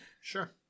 Sure